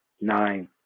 nine